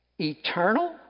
eternal